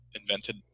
Invented